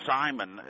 Simon